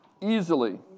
easily